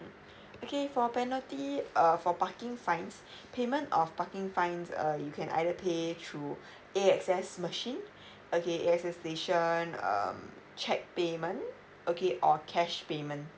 okay for penalty uh for parking fines payment of parking fines uh you can either pay through A S X machine okay A S X station um cheque payment okay or cash payment